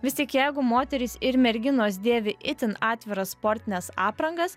vis tik jeigu moterys ir merginos dėvi itin atviras sportines aprangas